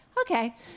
okay